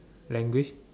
language